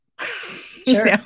Sure